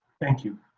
thank you.